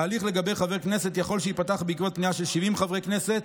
ההליך לגבי חבר כנסת יכול שייפתח בעקבות פנייה של 70 חברי הכנסת